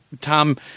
Tom